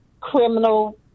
criminal